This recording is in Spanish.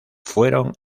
fueron